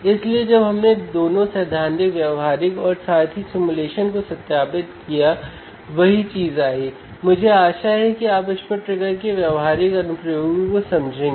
इसलिए अगले मॉड्यूल में हम ऑपरेशनल एम्पलीफायरों के अन्य अनुप्रयोगों को देखेंगे